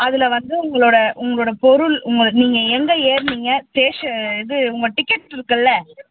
அதில் வந்து உங்களோடய உங்களோட பொருள் உங்கள் நீங்கள் எங்கே ஏறினீங்க ஸ்டேஷன் இது உங்கள் டிக்கெட் இருக்குதுல்ல